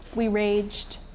we raged,